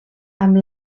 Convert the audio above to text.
amb